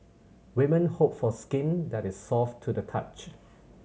women hope for skin that is soft to the touch